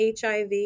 HIV